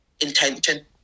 intention